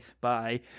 bye